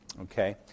Okay